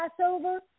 Passover